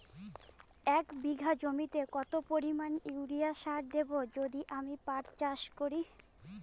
এক বিঘা জমিতে কত পরিমান ইউরিয়া সার দেব যদি আমি পাট চাষ করি?